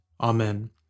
Amen